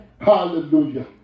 Hallelujah